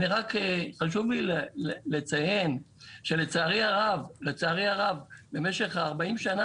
חשוב לי לציין שלצערי הרב במשך 40 שנה